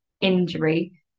injury